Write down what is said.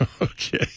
Okay